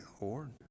Lord